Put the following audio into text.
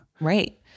Right